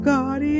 God